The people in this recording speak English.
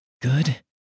Good